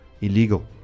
illegal